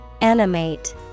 Animate